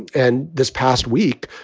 and this past week,